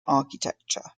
architecture